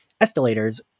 escalators